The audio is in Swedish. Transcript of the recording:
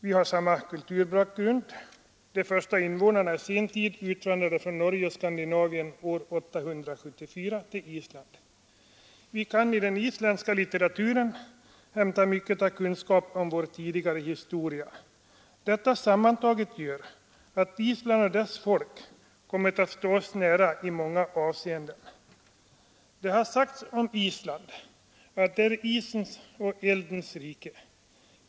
Vi har samma kulturbakgrund, de första invånarna i sen tid utvandrade från Norge och Skandinavien år 874 till Island. Vi kan i den isländska litteraturen hämta mycket av kunskap om vår tidigare historia. Detta sammantaget gör att Island och dess folk kommit att stå oss nära i många avseenden. Det har sagts om Island att det är isens och eldens rike.